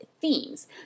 themes